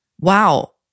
wow